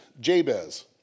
Jabez